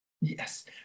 Yes